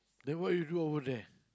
then what you do over there